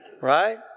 right